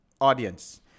audience